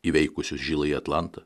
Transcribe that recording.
įveikusius žiląjį atlantą